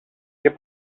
και